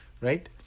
right